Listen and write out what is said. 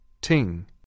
Ting